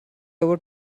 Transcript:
over